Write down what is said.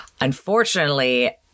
Unfortunately